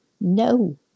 No